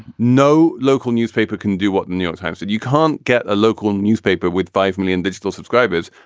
no local newspaper can do what the new york times did. you can't get a local and newspaper with five million digital subscribers,